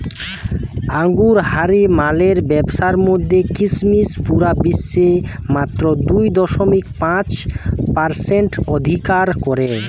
আঙুরহারি মালের ব্যাবসার মধ্যে কিসমিস পুরা বিশ্বে মাত্র দুই দশমিক পাঁচ পারসেন্ট অধিকার করে